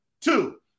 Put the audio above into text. Two